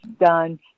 done